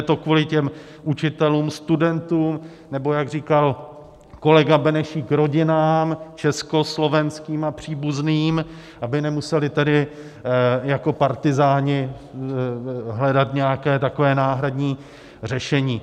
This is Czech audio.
Je to kvůli těm učitelům, studentům, nebo jak říkal kolega Benešík, rodinám československým a příbuzným, aby nemuseli tedy jako partyzáni hledat nějaké takové náhradní řešení.